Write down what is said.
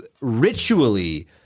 ritually